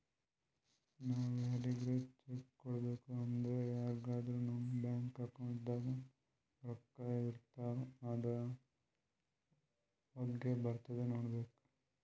ನಾವ್ ಯಾರಿಗ್ರೆ ಚೆಕ್ಕ್ ಕೊಡ್ಬೇಕ್ ಅಂದ್ರ ಅದ್ರಾಗ ನಮ್ ಬ್ಯಾಂಕ್ ಅಕೌಂಟ್ದಾಗ್ ರೊಕ್ಕಾಇರ್ತವ್ ಆದ್ರ ವಳ್ಗೆ ಬರ್ದ್ ಕೊಡ್ಬೇಕ್